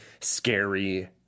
scary